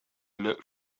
looked